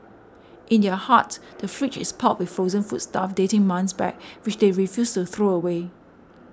in their hut the fridge is piled with frozen foodstuff dating months back which they refuse to throw away